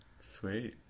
Sweet